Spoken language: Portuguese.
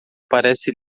parece